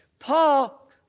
Paul